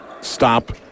stop